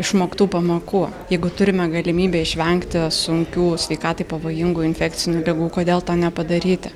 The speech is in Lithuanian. išmoktų pamokų jeigu turime galimybę išvengti sunkių sveikatai pavojingų infekcinių ligų kodėl to nepadaryti